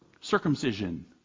circumcision